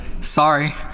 Sorry